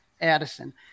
Addison